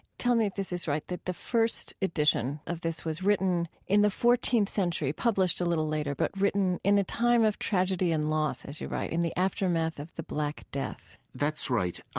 tell me if this is right, that the first edition of this was written in the fourteenth century, published a little later, but written in a time of tragedy and loss, as you write, in the aftermath of the black death that's right.